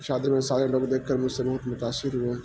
شادی میں سارے لوگ دیکھ کر مجھ سے بہت متاثر ہوئے